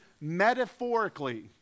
metaphorically